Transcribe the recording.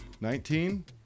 Nineteen